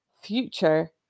future